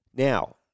Now